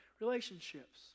relationships